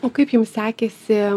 o kaip jum sekėsi